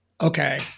okay